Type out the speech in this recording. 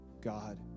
God